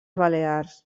balears